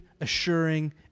assuring